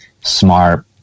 smart